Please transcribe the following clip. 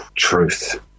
truth